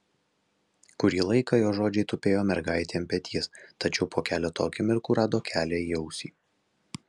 kurį laiką jo žodžiai tupėjo mergaitei ant peties tačiau po keleto akimirkų rado kelią į ausį